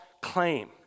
claim